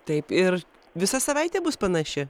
taip ir visa savaitė bus panaši